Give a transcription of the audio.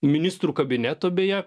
ministrų kabineto beje